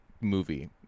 movie